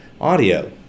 audio